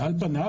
על פניו,